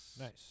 Nice